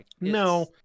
No